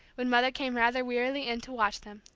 when mother came rather wearily in to watch them.